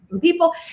people